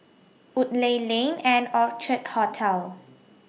Woodleigh Lane and Orchid Hotel